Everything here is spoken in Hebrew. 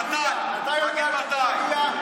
מתי, תגיד מתי.